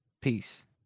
peace